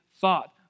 thought